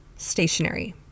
stationary